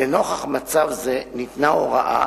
לנוכח מצב זה ניתנה הוראה